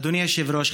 אדוני היושב-ראש,